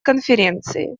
конференции